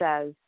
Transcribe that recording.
says